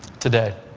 today.